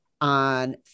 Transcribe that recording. on